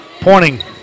Pointing